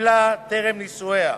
שקיבלה טרם נישואיה.